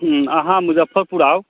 हूँ अहाँ मुजफ्फरपुर आउ